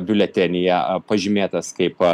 biuletenyje pažymėtas kaip